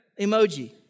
emoji